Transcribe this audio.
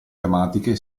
tematiche